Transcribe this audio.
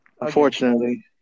Unfortunately